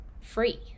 free